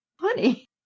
funny